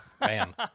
Man